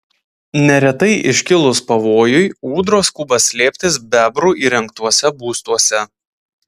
neretai iškilus pavojui ūdros skuba slėptis bebrų įrengtuose būstuose